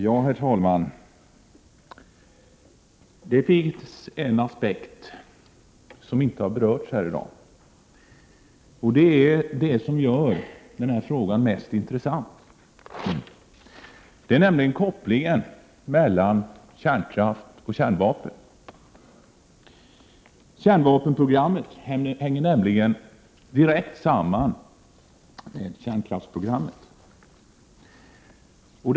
Herr talman! Det finns en aspekt som inte har berörts här i dag, den aspekt som gör den här frågan mest intressant, nämligen kopplingen mellan kärnkraft och kärnvapen. Kärnvapenprogrammet hänger direkt samman med kärnkraftsprogrammet.